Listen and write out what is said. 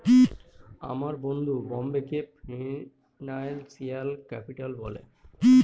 আমার বন্ধু বোম্বেকে ফিনান্সিয়াল ক্যাপিটাল বলে